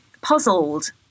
puzzled